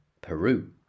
Peru